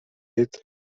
ایدز